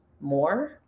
more